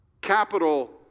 capital